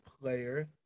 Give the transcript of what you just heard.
player